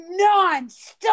nonstop